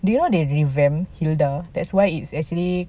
do you know they revamp hilda that's why it's actually